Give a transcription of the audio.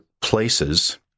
places